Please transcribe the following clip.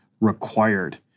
required